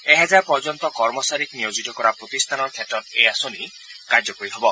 এহেজাৰ পৰ্যন্ত কৰ্মচাৰীক নিয়োজিত কৰা প্ৰতিষ্ঠানৰ ক্ষেত্ৰত এই আঁচনি কাৰ্যকৰী হব